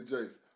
Jace